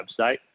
website